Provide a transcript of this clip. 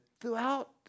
throughout